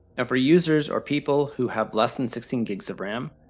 for users or people who have less than sixteen gigs of ram,